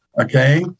Okay